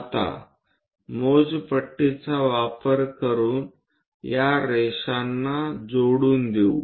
आता मोजपट्टीचा वापर करून या रेषांना जोडून देऊ